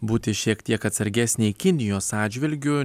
būti šiek tiek atsargesnei kinijos atžvilgiu